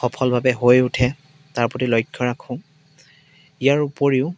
সফলভাৱে হৈ উঠে তাৰ প্ৰতি লক্ষ্য ৰাখোঁ ইয়াৰ উপৰিও